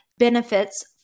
Benefits